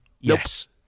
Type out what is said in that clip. Yes